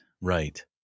Right